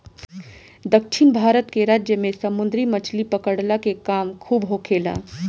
दक्षिण भारत के राज्य में समुंदरी मछली पकड़ला के काम खूब होखेला